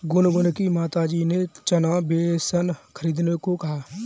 गुनगुन की माताजी ने चना बेसन खरीदने को कहा